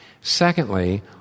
Secondly